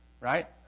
right